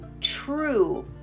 true